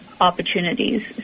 opportunities